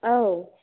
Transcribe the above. औ